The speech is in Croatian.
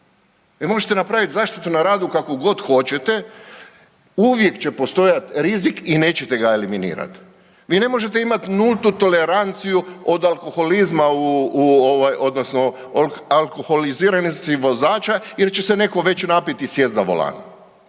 možete napraviti zaštitu na radu kakvu god hoćete, uvijek će postojati rizik i nećete ga eliminirati. Vi ne možete imati nultu toleranciju od alkoholizma odnosno od alkoholiziranosti vozača jer će netko već napiti i sjest za volan,